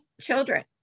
children